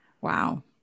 Wow